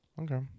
Okay